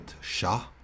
Shah